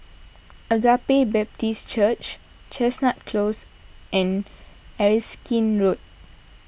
Agape Baptist Church Chestnut Close and Erskine Road